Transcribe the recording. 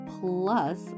plus